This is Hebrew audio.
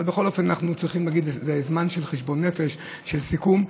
אבל בכל אופן, זה זמן של חשבון נפש, של סיכום.